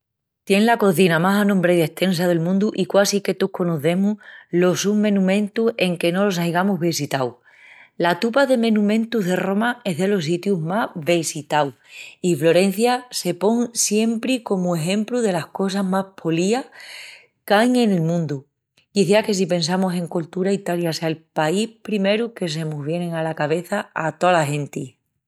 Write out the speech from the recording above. Tien la cozina más anombrá i destensa del mundu i quasi que tous conocemus los sus menumentus enque no los aigamus vesitau. La tupa de menumentus de Roma es delos sitius más vesitaus. I Frorencia se pon siempri comu exempru delas cosas más polías qu'ain en el mundu. Quiciás que si pensamus en coltura, Italia sea el país primeru que se mos vien ala cabeça a tola genti.